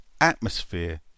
Atmosphere